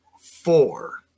four